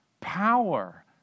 power